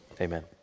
amen